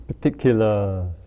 particular